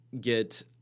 get